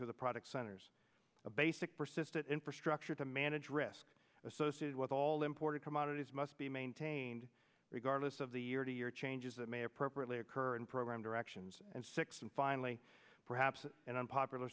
through the product centers of basic persistent infrastructure to manage risk associated with all important commodities must be maintained regardless of the year to year changes that may or properly occur and program directions and six and finally perhaps an unpopular